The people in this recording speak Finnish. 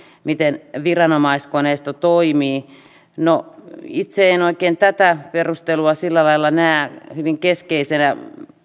miten viranomaiskoneisto toimii no itse en oikein tätä perustelua sillä lailla näe hyvin keskeisenä